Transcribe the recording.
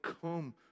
come